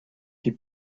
die